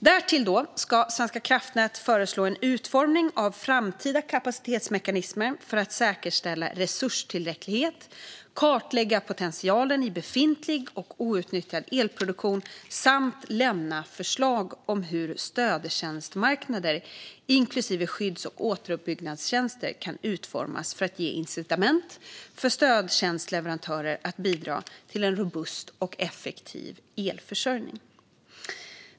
Därtill ska Svenska kraftnät föreslå en utformning av framtida kapacitetsmekanismer för att säkerställa resurstillräcklighet, kartlägga potentialen i befintlig och outnyttjad elproduktion och lämna förslag om hur stödtjänstmarknader, inklusive skydds och återuppbyggnadstjänster, kan utformas för att ge incitament för stödtjänstleverantörer att bidra till en robust och effektiv elförsörjning.